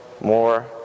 more